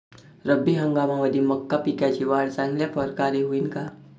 रब्बी हंगामामंदी मका पिकाची वाढ चांगल्या परकारे होईन का?